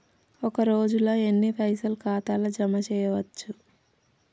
ఒక రోజుల ఎన్ని పైసల్ ఖాతా ల జమ చేయచ్చు?